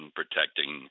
protecting